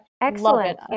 Excellent